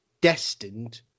destined